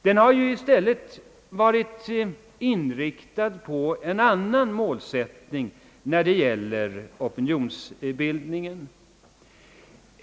Den har i stället varit inriktad på andra målsättningar när det gäller opinionsbildningen.